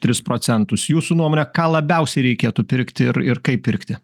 tris procentus jūsų nuomone ką labiausiai reikėtų pirkti ir ir kaip pirkti